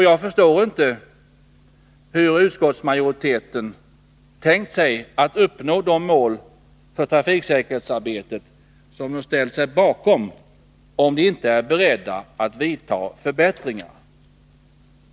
Jag förstår inte hur utskottsmajoriteten har tänkt sig att uppnå de mål för trafiksäkerhetsarbetet som de ställt sig bakom, om den inte är beredd att vidta åtgärder som leder till förbättringar.